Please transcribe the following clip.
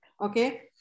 Okay